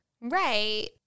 Right